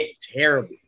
terrible